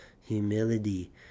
humility